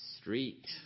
street